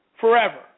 forever